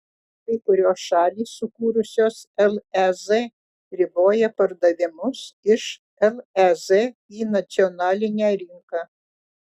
kai kurios šalys sukūrusios lez riboja pardavimus iš lez į nacionalinę rinką